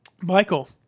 Michael